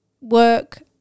work